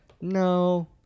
No